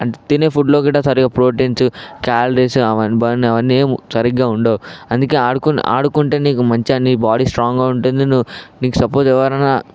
అంటే తినే ఫుడ్లో సరిగా గిట్ట ప్రోటీన్స్ క్యాలరీస్ అవన్నీ బర్న్ అవన్నీ ఏం సరిగ్గా ఉండవు అందుకే ఆడుకుంటే మంచిగా నీకు బాడీ స్ట్రాంగా ఉంటుంది నీకు సపోస్ ఎవరన్నా